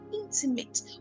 intimate